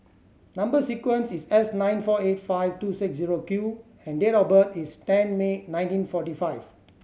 number sequence is S nine four eight five two six zero Q and date of birth is ten May nineteen forty five